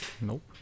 Nope